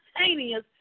instantaneous